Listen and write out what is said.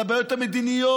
על הבעיות המדיניות,